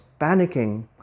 panicking